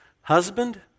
Husband